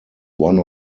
one